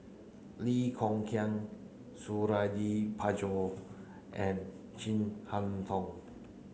Lee Kong Chian Suradi Parjo and Chin Harn Tong